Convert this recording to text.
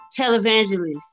televangelists